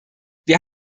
wir